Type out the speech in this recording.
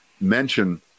mention